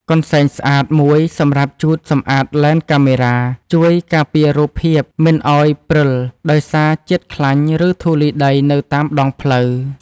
កន្សែងស្អាតមួយសម្រាប់ជូតសម្អាតលែនកាមេរ៉ា ជួយការពាររូបភាពមិនឱ្យព្រិលដោយសារជាតិខ្លាញ់ ឬធូលីដីនៅតាមដងផ្លូវ។